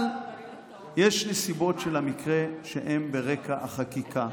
אבל יש נסיבות של המקרה, שהן ברקע החקיקה,